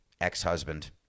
ex-husband